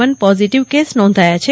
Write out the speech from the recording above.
one positive case નોંધાયા છે